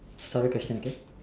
story question okay